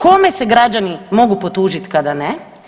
Kome se građani mogu potužiti kada ne?